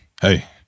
Hey